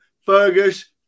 fergus